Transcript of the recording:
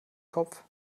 kopf